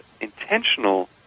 intentional